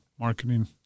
marketing